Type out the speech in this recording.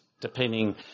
depending